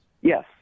Yes